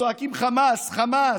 שצועקים "חמאס, חמאס"